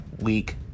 week